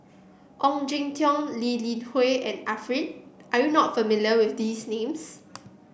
Ong Jin Teong Lee Li Hui and Arifin are you not familiar with these names